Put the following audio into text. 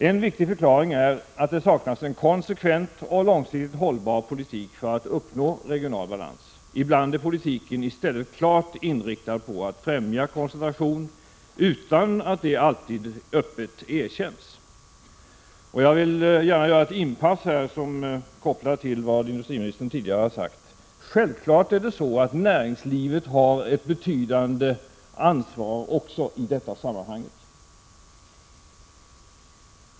En viktig förklaring är att det saknas en konsekvent och långsiktigt hållbar politik för att uppnå regional balans. Ibland är politiken i stället klart inriktad på att främja koncentration, utan att det alltid öppet erkänns. Här vill jag gärna göra ett inpass som är kopplat till vad industriministern tidigare har sagt: Självfallet har näringslivet ett betydande ansvar också i detta sammanhang.